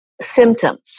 symptoms